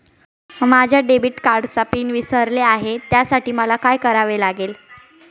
माझ्या डेबिट कार्डचा पिन विसरले आहे त्यासाठी मला काय करावे लागेल?